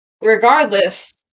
regardless